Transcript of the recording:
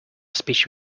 speech